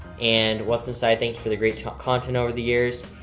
and what's inside thanks for the great content over the years.